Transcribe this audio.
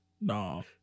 no